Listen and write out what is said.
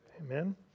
Amen